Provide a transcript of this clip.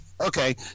Okay